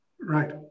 right